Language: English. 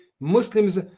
Muslims